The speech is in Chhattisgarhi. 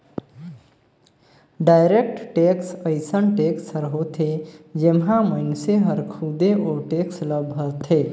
डायरेक्ट टेक्स अइसन टेक्स हर होथे जेम्हां मइनसे हर खुदे ओ टेक्स ल भरथे